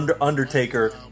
Undertaker